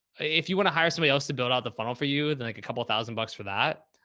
if you want to hire somebody else to build out the funnel for you, then like a couple of thousand bucks for that.